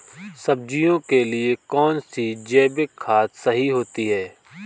सब्जियों के लिए कौन सी जैविक खाद सही होती है?